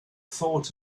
thought